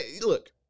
Look